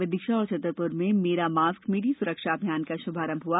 विदिशा और छतरपुर में मेरा मास्क मेरी सुरक्षा अभियान का शुभारंभ हुआ